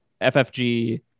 FFG